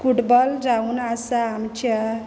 football जावून आसा आमच्या